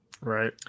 Right